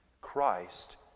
Christ